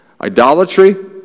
Idolatry